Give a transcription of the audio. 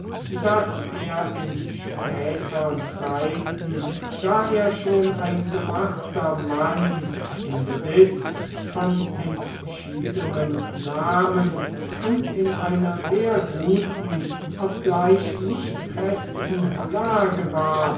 daß er in spätern zeiten da er schon ein gemachter mann im besitz von entschiedenem namen und in einer sehr guten obgleich nicht festen lage war